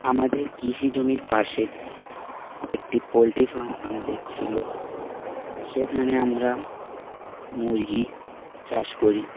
আমাদের কৃষি জমির পাশে একটি পোলট্রি ফার্ম আমাদের ছিল সেখানে আমরা মুরগি চাষ করি